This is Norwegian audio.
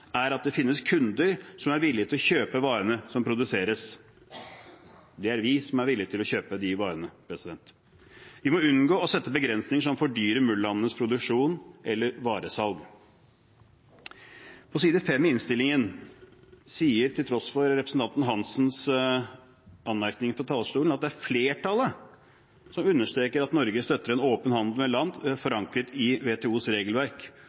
er at det finnes kunder som er villige til å kjøpe varene som produseres. Det er vi som er villige til å kjøpe de varene. Vi må unngå å sette begrensninger som fordyrer MUL-landenes produksjon eller varesalg. På side 5 i innstillingen står det – til tross for representanten Hansens anmerkninger fra talerstolen – at det er komiteens flertall som «støtter en åpen handel med land forankret i WTOs regelverk